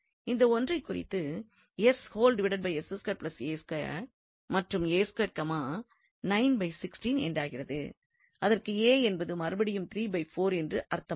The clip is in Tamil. இந்த ஒன்றைக் குறித்து மற்றும் என்றாகிறது அதற்கு என்பது மறுபடியும் என்று அர்த்தமாகும்